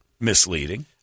misleading